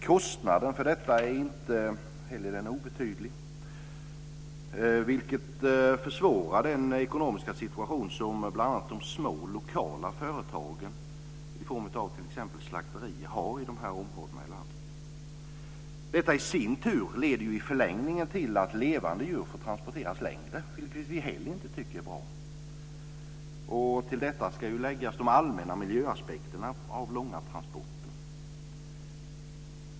Kostnaden för dessa transporter är inte obetydlig, vilket försvårar den ekonomiska situation som bl.a. de små lokala företagen i form av t.ex. slakterier har i de berörda områdena av landet. Detta leder i sin tur i förlängningen till att levande djur får transporteras längre, vilket vi inte heller tycker är bra. Till detta ska läggas de allmänna miljöaspekterna på långa transporter.